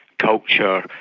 culture,